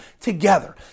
together